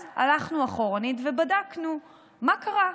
אז הלכנו אחורה ובדקנו מה קרה: